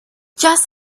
just